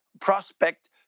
prospect